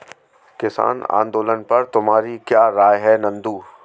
किसान आंदोलन पर तुम्हारी क्या राय है नंदू?